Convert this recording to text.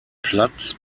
platz